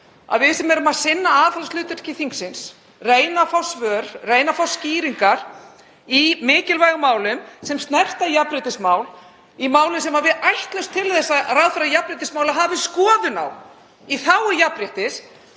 að við erum að sinna aðhaldshlutverki þingsins, reyna að fá svör, reyna að fá skýringar í mikilvægum málum sem snerta jafnréttismál, í máli sem við ætlumst til að ráðherra jafnréttismála hafi skoðun á, í þágu jafnréttis,